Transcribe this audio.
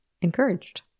encouraged